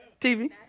TV